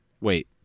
wait